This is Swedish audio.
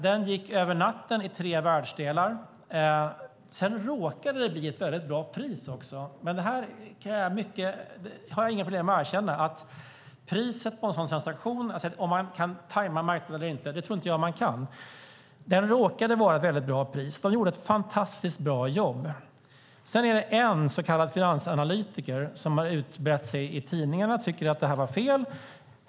Den gick över natten i tre världsdelar. Sedan råkade det bli ett väldigt bra pris. Det har jag inga problem med att erkänna. När det gäller priset på en sådan transaktion tror jag inte att man kan tajma marknaden. Det råkade vara ett väldigt bra pris. De gjorde ett fantastiskt bra jobb. Sedan är det en så kallad finansanalytiker som har brett ut sig i tidningarna och tycker att det här var fel.